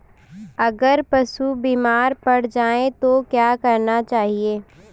अगर पशु बीमार पड़ जाय तो क्या करना चाहिए?